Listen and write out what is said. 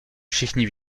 všichni